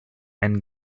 and